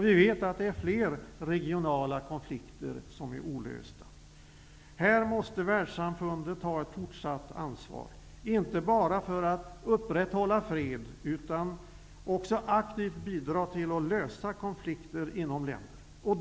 Vi vet att det är fler regionala konflikter som är olösta. Här måste världssamfundet ta ett fortsatt ansvar, inte bara för att upprätthålla fred, utan också för att aktivt bidra till att lösa konflikter inom länder.